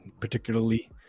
particularly